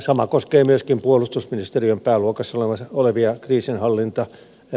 sama koskee myöskin puolustusministeriön pääluokassa olevia kriisinhallintavaroja